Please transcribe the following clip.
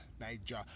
Niger